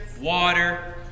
water